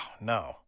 no